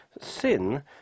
sin